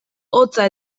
hotza